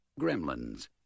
Gremlins